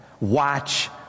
Watch